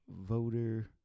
voter